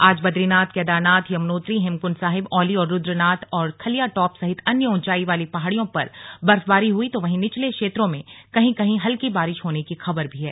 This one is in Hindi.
आज बदरीनाथ केदारनाथ यमुनोत्री हेमकंड साहिब औली और रुद्रनाथ और खलिया टॉप सहित अन्य ऊंची पहाड़ियों पर बर्फबारी हई तो वहीं निचले क्षेत्रों में कहीं कहीं हल्की बारिश होने की खबर भी है